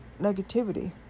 negativity